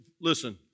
listen